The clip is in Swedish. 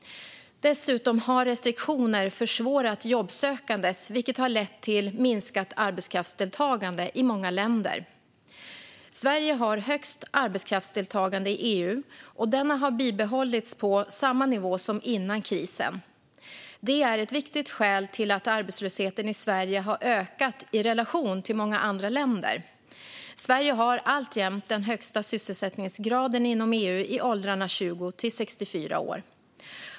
Dessutom har restriktioner försvårat jobbsökandet, vilket har lett till ett minskat arbetskraftsdeltagande i många länder. Sverige har högst arbetskraftsdeltagande i EU, och denna har bibehållits på samma nivå som före krisen. Det är ett viktigt skäl till att arbetslösheten i Sverige har ökat i relation till många andra länder. Sverige har alltjämt den högsta sysselsättningsgraden inom EU i åldrarna 20-64 år.